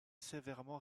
sévèrement